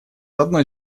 одной